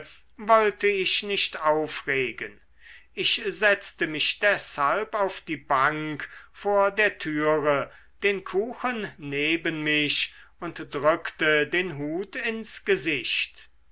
wollte ich nicht aufregen ich setzte mich deshalb auf die bank vor der türe den kuchen neben mich und drückte den hut ins gesicht